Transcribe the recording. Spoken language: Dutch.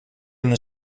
een